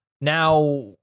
Now